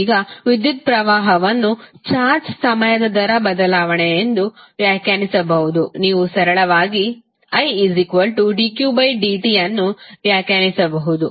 ಈಗ ವಿದ್ಯುತ್ ಕರೆಂಟ್ ಅನ್ನು ಚಾರ್ಜ್ನ ಸಮಯ ದರ ಬದಲಾವಣೆ ಎಂದು ವ್ಯಾಖ್ಯಾನಿಸಬಹುದು ನೀವು ಸರಳವಾಗಿ I dq dt ಅನ್ನು ವ್ಯಾಖ್ಯಾನಿಸಬಹುದು